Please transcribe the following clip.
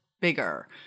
bigger